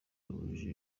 bahuje